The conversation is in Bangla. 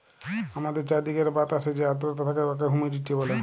আমাদের চাইরদিকের বাতাসে যে আদ্রতা থ্যাকে উয়াকে হুমিডিটি ব্যলে